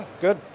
Good